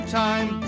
time